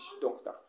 doctor